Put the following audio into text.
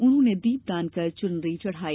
उन्होंने दीपदान कर चुनरी चढ़ाई